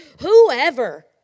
whoever